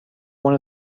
one